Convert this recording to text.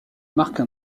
marque